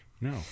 No